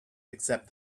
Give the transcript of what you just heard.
except